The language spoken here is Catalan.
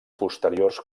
posteriors